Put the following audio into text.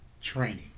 training